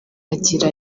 agira